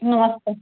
नमस्ते